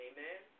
Amen